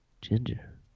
Ginger